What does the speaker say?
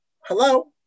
hello